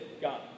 God